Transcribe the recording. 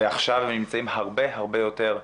ועכשיו הם נמצאים הרבה-הרבה יותר.